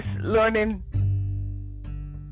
learning